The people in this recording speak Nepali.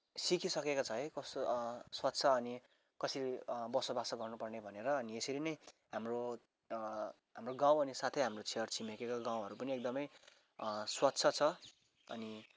सिकिसकेको छ है कस्तो स्वच्छ अनि कसरी बसोबासो गर्नुपर्ने भनेर अनि यसरी नै हाम्रो हाम्रो गाउँ अनि साथै हाम्रो छर छिमेकीको गाउँहरू पनि एकदमै स्वच्छ छ अनि